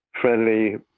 friendly